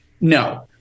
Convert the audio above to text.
No